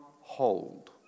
hold